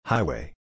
Highway